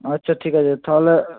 আচ্ছা ঠিক আছে তাহলে